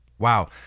Wow